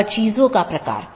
यह चीजों की जोड़ता है